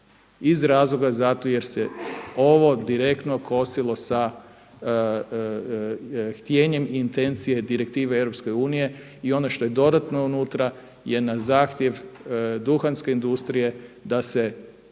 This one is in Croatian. iz razloga zato jer se ovo direktno kosilo sa htjenjem i intencije direktive EU. I ono što je dodatno unutra je na zahtjev duhanske industrije da se